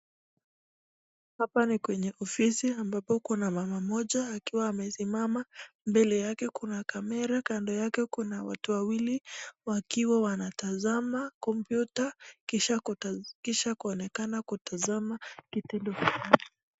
Hapa ni kwenye ofisi ambapo kuna mama moja akiwa amesimama. Mbele yake kuna kamera, kando yake kuna watu wawili wakiwa wanatazama kompyuta kisha kuonekana kutazama kitendo fulani.